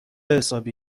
حسابی